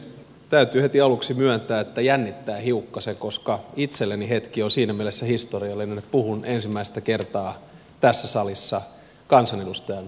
täytyy heti aluksi myöntää että jännittää hiukkasen koska itselleni hetki on siinä mielessä historiallinen että puhun ensimmäistä kertaa tässä salissa kansanedustajan ominaisuudessa